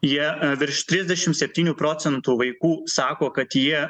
jie virš trisdešim septynių procentų vaikų sako kad jie